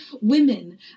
women